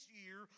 year